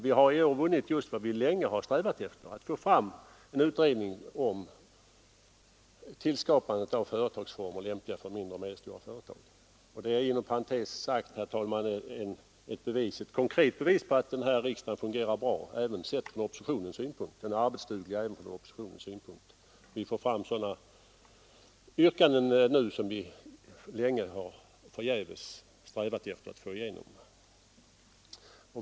Vi har i år vunnit vad vi länge har strävat efter, nämligen att få en utredning om tillskapandet av företagsformer, lämpliga för mindre och medelstora företag. Det är inom parentes sagt, herr talman, ett konkret bevis på att den här riksdagen fungerar bra även från oppositionens synpunkt sett, eftersom den är arbetsduglig även sett ur oppositionens synvinkel. Nu får vi igenom sådana yrkanden som vi länge förgäves strävat efter att få igenom.